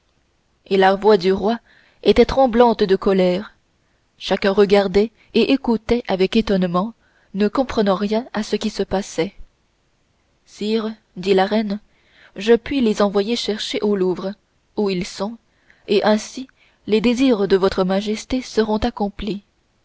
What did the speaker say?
et la voix du roi était tremblante de colère chacun regardait et écoutait avec étonnement ne comprenant rien à ce qui se passait sire dit la reine je puis les envoyer chercher au louvre où ils sont et ainsi les désirs de votre majesté seront accomplis